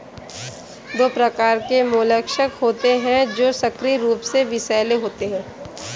दो प्रकार के मोलस्क होते हैं जो सक्रिय रूप से विषैले होते हैं